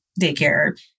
daycare